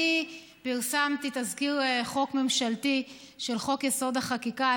אני פרסמתי תזכיר חוק ממשלתי של חוק-יסוד: החקיקה,